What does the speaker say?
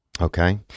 Okay